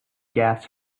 gas